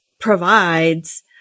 provides